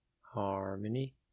harmony